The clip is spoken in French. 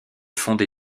fondé